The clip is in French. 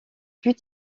plus